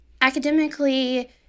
academically